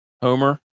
Homer